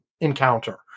encounter